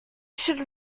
should